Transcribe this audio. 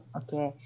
okay